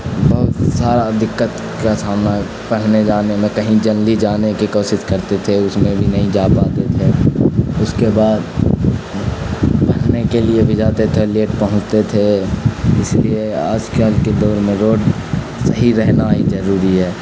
بہت سارا دقت کا سامنا پڑھنے جانے میں کہیں جلدی جانے کی کوشش کرتے تھے اس میں بھی نہیں جا پاتے تھے اس کے بعد پڑھنے کے لیے بھی جاتے تھے لیٹ پہنچتے تھے اس لیے آج کل کے دور میں روڈ صحیح رہنا ہی ضروری ہے